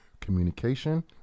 Communication